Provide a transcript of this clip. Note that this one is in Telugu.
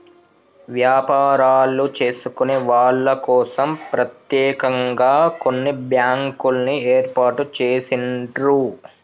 వ్యాపారాలు చేసుకునే వాళ్ళ కోసం ప్రత్యేకంగా కొన్ని బ్యాంకుల్ని ఏర్పాటు చేసిండ్రు